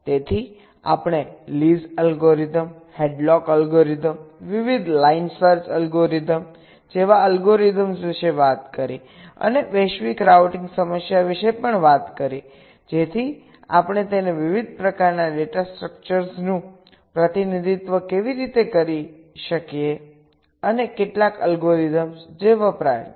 તેથી આપણે Lee's algorithm Lee's algorithms Hadlock algorithm વિવિધ લાઇન સર્ચ અલ્ગોરીધમ જેવા અલ્ગોરિધમ્સ વિશે વાત કરી અને વૈશ્વિક રાઉટિંગ સમસ્યા વિશે પણ વાત કરી જેથી આપણે તેને વિવિધ પ્રકારના ડેટા સ્ટ્રક્ચર્સનું પ્રતિનિધિત્વ કેવી રીતે કરી શકીએ અને કેટલાક અલ્ગોરિધમ્સ જે વપરાયેલ